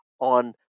on